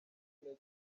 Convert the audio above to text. intege